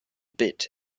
bit